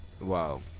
Wow